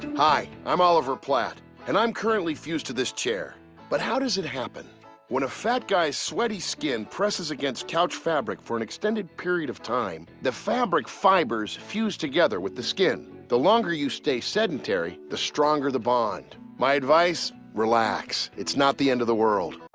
hi, i'm oliver platt and i'm currently fused to this chair but how does it happen when a fat guys sweaty skin presses against couch fabric for an extended period of time the fabric fibers fused together with the skin the longer you stay sedentary the stronger the bond my advice relax. it's not the end of the world